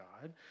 God